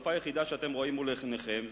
החלופה היחידה שאתם רואים מול עיניכם היא